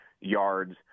yards